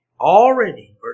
already